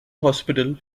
hospital